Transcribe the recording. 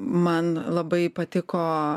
man labai patiko